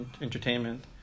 entertainment